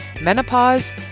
menopause